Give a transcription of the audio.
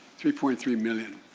three point three million.